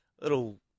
Little